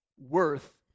Worth